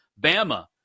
Bama